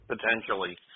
Potentially